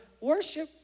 worship